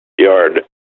yard